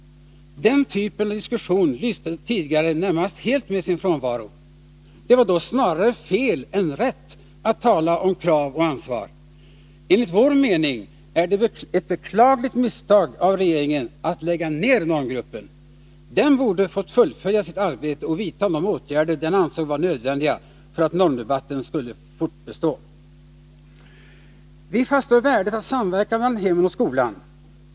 Den typen av diskussion lyste tidigare närmast helt med sin frånvaro. Det var då snarare fel än rätt att tala om krav och ansvar. Enligt vår mening är det ett beklagligt misstag av regeringen att lägga ner normgruppen. Den borde ha fått fullfölja sitt arbete och vidta de åtgärder den ansåg vara nödvändiga för att normdebatten skulle fortbestå. Vi fastslår värdet av samverkan mellan hemmen och skolan.